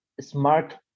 smart